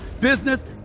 business